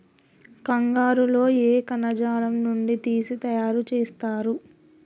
కంగారు లో ఏ కణజాలం నుండి తీసి తయారు చేస్తారు?